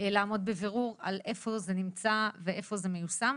לעמוד בבירור על איפה זה נמצא ואיפה זה מיושם,